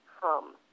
hum